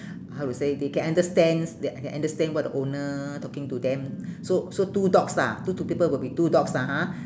how to say they can understand they can understand what the owner talking to them so so two dogs lah two two people will be two dogs lah ha